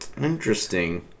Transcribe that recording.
Interesting